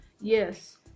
yes